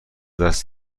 دست